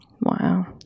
Wow